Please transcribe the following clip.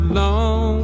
long